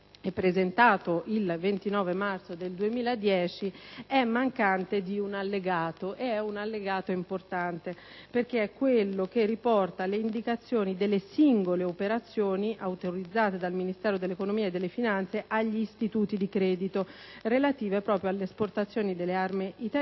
il 29 marzo 2010 manchi di un allegato importante, quello che riporta l'indicazione delle singole operazioni autorizzate dal Ministero dell'economia e delle finanze agli istituti di credito, relative proprio all'esportazione delle armi italiane,